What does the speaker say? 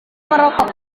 merokok